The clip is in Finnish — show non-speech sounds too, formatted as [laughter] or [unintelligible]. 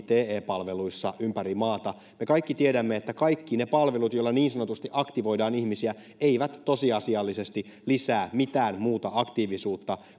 [unintelligible] te palveluissa ympäri maata me kaikki tiedämme että kaikki ne palvelut joilla niin sanotusti aktivoidaan ihmisiä eivät tosiasiallisesti lisää mitään muuta aktiivisuutta